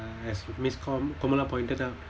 as miss kam~ kamala pointed out